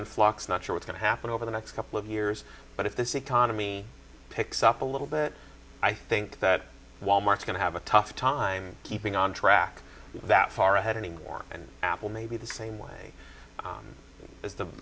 in flux not sure going to happen over the next couple of years but if this economy picks up a little bit i think that wal mart's going to have a tough time keeping on track that far ahead anymore and apple may be the same way